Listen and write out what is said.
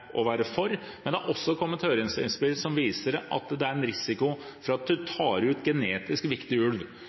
å være for, men det er også kommet høringsinnspill som viser at det er en risiko for at man tar ut genetisk viktig ulv.